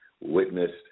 witnessed